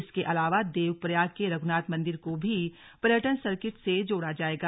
इसके अलावा देवप्रयाग के रघुनाथ मन्दिर को भी पर्यटन सर्किट से जोड़ा जाएगा